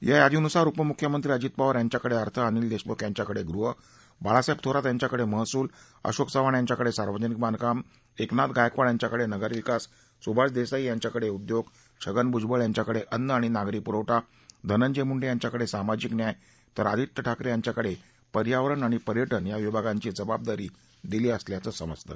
गा यादीनुसार उपमुख्यमंत्री अजित पवार यांच्याकडौर्थ अनिल दक्षमुख यांच्याकडौर्ह बाळासाहक्ष थोरात यांच्याकडौर्हसूल अशोक चव्हाण यांच्याकडस्रार्वजनिक बांधकाम एकनाथ यांच्याकडक्रारविकास सुभाष दक्तीई यांच्याकडस्रिद्योग छगन भुजबळ यांच्याकडखिन्न आणि नागरी पुरवठा धनंजय मुंडखिंच्याकडस्रामाजिक न्याय तर आदित्य ठाकरखिंच्याकडपर्ध्यावरण आणि पर्या ज्ञ या विभागांची जबाबदारी दिली असल्याचं समजतं